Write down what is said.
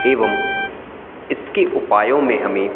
एवं इसके उपायों में हमें